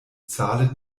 zahlen